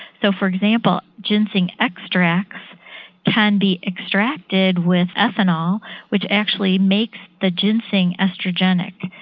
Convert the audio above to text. so for example ginseng extracts can be extracted with ethanol which actually makes the ginseng oestrogenic,